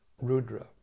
Rudra